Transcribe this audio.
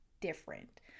different